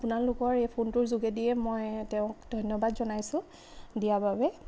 আপোনালোকৰ এই ফোনটোৰ যোগেদিয়ে মই তেওঁক ধন্যবাদ জনাইছোঁ দিয়া বাবে